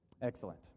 Excellent